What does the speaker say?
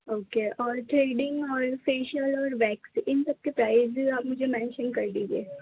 okay اور threading اور facial اور ویکس اِن سب کے پرائز آپ مجھے مینشن کر دیجیے